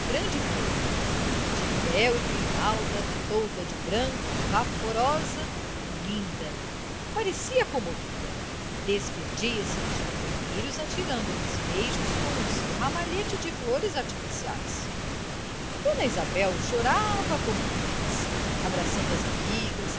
grande vôo de véu e grinalda toda de branco vaporosa linda parecia comovida despedia-se dos companheiros atirando lhes beijos com o seu ramalhete de flores artificiais dona isabel chorava como criança abraçando as amigas